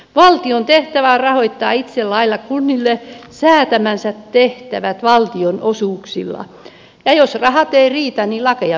valtion tehtävä on rahoittaa itse lailla kunnille säätämänsä tehtävät valtionosuuksilla ja jos rahat eivät riitä niin lakeja pitää muuttaa